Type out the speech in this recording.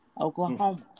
Oklahoma